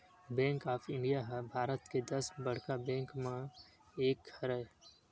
bank of India ह भारत के दस बड़का बेंक मन म एक हरय